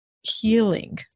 healing